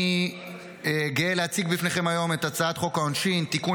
אני גאה להציג לפניכם היום את הצעת חוק העונשין (תיקון,